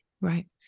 Right